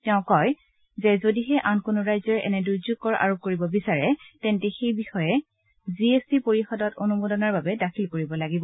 তেওঁ কয় যে যদিহে আন কোনো ৰাজ্যই এনে দুৰ্যোগ কৰ আৰোপ কৰিব বিচাৰে তেন্তে সেই বিষয়ে জি এছ টি পৰিষদত অনুমোদনৰ বাবে দাখিল কৰিব লাগিব